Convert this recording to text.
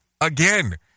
again